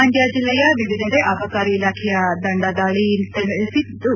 ಮಂಡ್ಯ ಜಿಲ್ಲೆಯ ವಿವಿಧೆಡೆ ಅಬಕಾರಿ ಇಲಾಖೆಯ ತಂಡ ದಾಳ ನಡೆಸಿದ್ದು